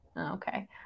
Okay